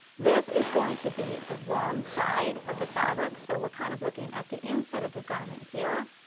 this is going to be the wrong side of the fabric. so we are kind of looking at the inside of the garment here.